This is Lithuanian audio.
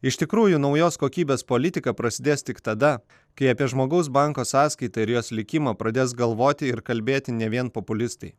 iš tikrųjų naujos kokybės politika prasidės tik tada kai apie žmogaus banko sąskaitą ir jos likimą pradės galvoti ir kalbėti ne vien populistai